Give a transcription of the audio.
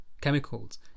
Chemicals